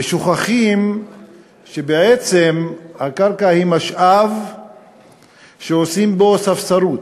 ושוכחים שבעצם הקרקע היא משאב שעושים בו ספסרות.